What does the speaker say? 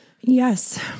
Yes